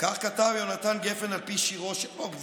כך כתב יהונתן גפן, על פי שירו של בוב דילן,